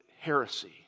heresy